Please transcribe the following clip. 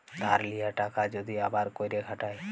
ধার লিয়া টাকা যদি আবার ক্যইরে খাটায়